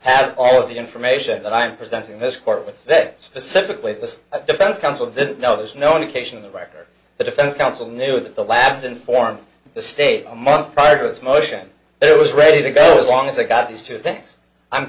had all of the information that i'm presenting this court with that specifically this defense counsel didn't know there's no indication in the record the defense counsel knew that the lab to inform the state a month prior to this motion it was ready to go as long as they got these two things i'm